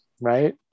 right